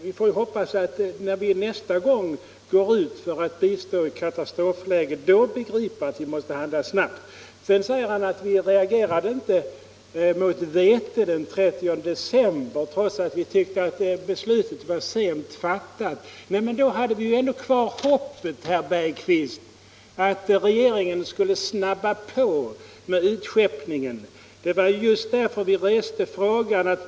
Man får hoppas att vi nästa gång vi går ut för att ge bistånd i ett katastrofläge begriper att vi måste handla snabbt. Vidare säger herr Bergqvist att vi inte reagerade mot vetebistånd den 30 december trots att vi tyckte att beslutet var sent fattat. Det är riktigt, men då hade vi ännu kvar hoppet, herr Bergqvist, att regeringen skulle snabba på med utskeppningen. Det var just därför vi reste frågan förra gången.